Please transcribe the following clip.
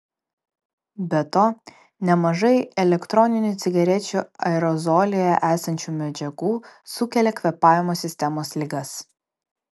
be to nemažai elektroninių cigarečių aerozolyje esančių medžiagų sukelia kvėpavimo sistemos ligas